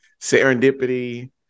serendipity